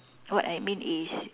what I mean is